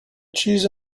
cheese